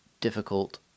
difficult